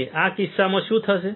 અને આ કિસ્સામાં શું થશે